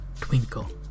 Twinkle